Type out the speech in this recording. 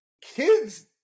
kids